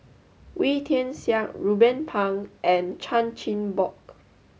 Wee Tian Siak Ruben Pang and Chan Chin Bock